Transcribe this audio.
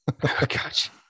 Gotcha